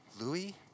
Louis